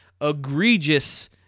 egregious